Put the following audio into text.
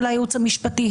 הרס של הייעוץ המשפטי,